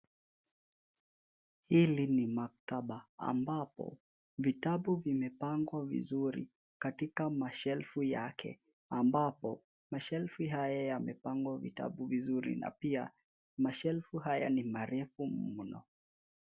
Hili ni Maktaba ambapo ,vitabu vimepangwa vizuri ,katika mashelfu yake ambapo mashelfu haya yamepangwa vitabu vizuri na pia mashelfu haya ni marefu mno.